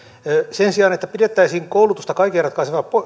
sen sijaan että pidettäisiin koulutusta kaiken ratkaisevana